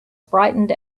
frightened